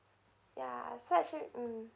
ya so actually mm